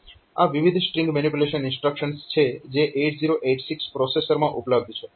આ વિવિધ string manipulation instructions છે જે 8086 પ્રોસેસરમાં ઉપલબ્ધ છે